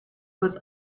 was